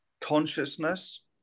consciousness